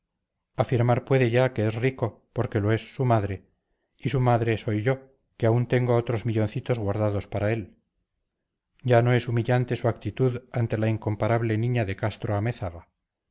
afirmar puede ya que es rico porque lo es su madre y su madre soy yo que aún tengo otros milloncitos guardados para él ya no es humillante su actitud ante la incomparable niña de castro-amézaga con